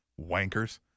Wankers